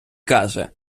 каже